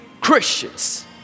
Christians